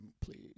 please